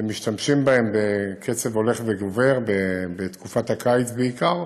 שמשתמשים בהם בקצב הולך וגובר בתקופת הקיץ בעיקר.